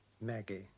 Maggie